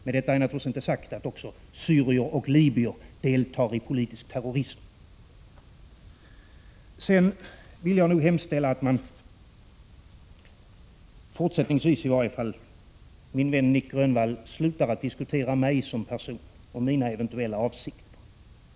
Med detta är naturligtvis inte sagt att inte också syrier och libyer deltar i politisk terrorism. Jag vill nog hemställa att min vän Nic Grönvall i alla fall fortsättningsvis slutar att diskutera mig som person och mina eventuella avsikter.